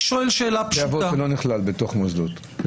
בתי אבות נכללים אצלכם בתוך מוסדות?